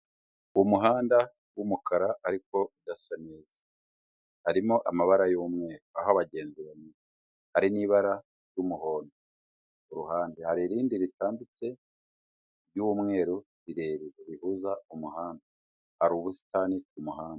Umuhanda w'umukara ariko udasa neza, harimo amabara y'umweru aho abagenzi banyura hari n'ibara ry'umuhondo ku ruhande, hari irindi ritambitse ry'umweru rirerire rihuza umuhanda hari ubusitani ku muhanda.